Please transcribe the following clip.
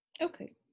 Okay